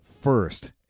first